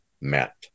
met